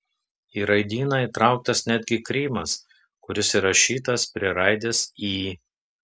į raidyną įtrauktas netgi krymas kuris įrašytas prie raidės y